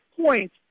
point